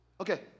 Okay